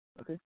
Okay